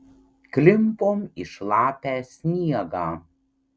klimpom į šlapią sniegą